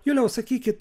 juliau sakykit